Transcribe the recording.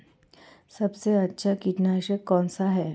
सबसे अच्छा कीटनाशक कौन सा है?